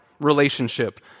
relationship